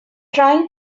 trying